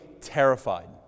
Terrified